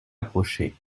approcher